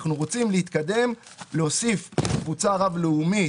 אנחנו רוצים להתקדם, להוסיף קבוצה רב לאומית.